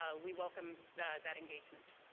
ah we welcome that engagement.